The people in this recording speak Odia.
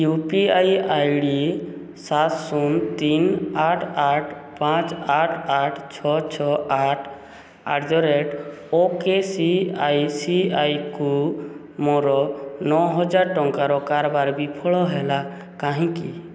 you P I I D ସାତ ଶୂନ ତିନ ଆଠ ଆଠ ପାଞ୍ଚ ଆଠ ଆଠ ଛଅ ଛଅ ଆଠ ଆଟ୍ ଦ ରେଟ୍ ଓକେସିଆଇସିଆଇକୁ ମୋର ନଅହଜାର ଟଙ୍କାର କାରବାର ବିଫଳ ହେଲା କାହିଁକି